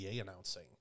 announcing